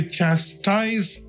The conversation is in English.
chastise